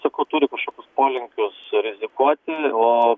sakau turi kažkokius polinkius rizikuoti o